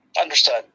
understood